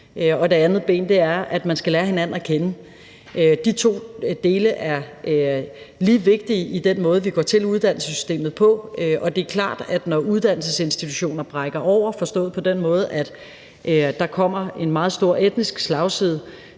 og det andet ben er, at man skal lære hinanden at kende. De to dele er lige vigtige i den måde, vi går til uddannelsessystemet på. Det er klart, at når uddannelsesinstitutioner brækker over, forstået på den måde, at der kommer en meget stor etnisk slagside,